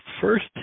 first